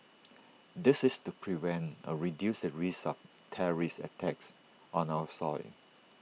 this is to prevent or reduce the risk of terrorist attacks on our soil